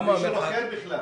זה יישוב אחר בכלל.